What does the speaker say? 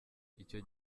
icyo